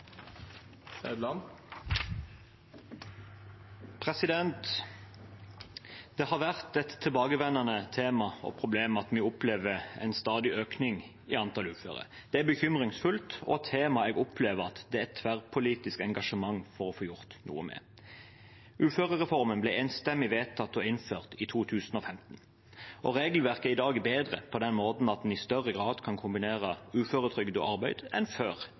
Det har vært et tilbakevendende tema og problem at vi opplever en stadig økning i antallet uføre. Det er bekymringsfullt, og det er et tema jeg opplever at det er et tverrpolitisk engasjement for å få gjort noe med. Uførereformen ble enstemmig vedtatt og innført i 2015, og regelverket er i dag bedre på den måten at en i større grad enn før reformen kan kombinere uføretrygd og arbeid.